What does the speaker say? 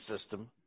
system